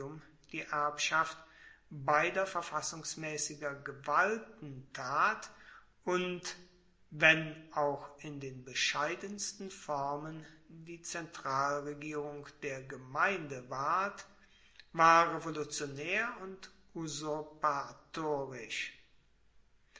die erbschaft beider verfassungsmaessiger gewalten tat und wenn auch in den bescheidensten formen die zentralregierung der gemeinde ward war revolutionaer und